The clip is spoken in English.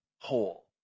Whole